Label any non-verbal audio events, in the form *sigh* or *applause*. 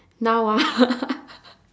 now ah *laughs*